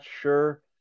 sure